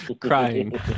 crying